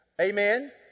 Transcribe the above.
Amen